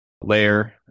layer